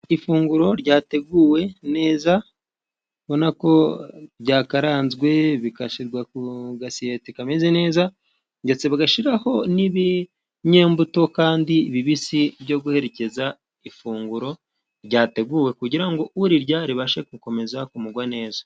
Ifunguro ryateguwe neza, ubona ko byakaranzwe bigashyirwa ku gasiyete kameze neza, ndetse bagashyiraho n'ibinyembuto kandi bibisi, byo guherekeza ifunguro ryateguwe kugira ngo urirya ribashe gukomeza kumugwa neza.